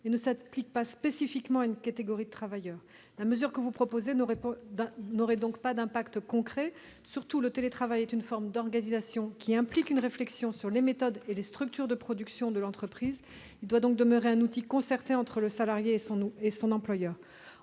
ne s'applique pas spécifiquement à une catégorie de travailleurs. La mesure que vous proposez n'aurait donc pas d'effet concret. Surtout, le télétravail est une forme d'organisation qui implique une réflexion quant aux méthodes et aux structures de production de l'entreprise. Il doit donc demeurer un outil concerté entre le salarié et son employeur.